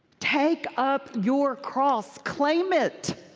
take up your cross claim it!